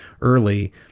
early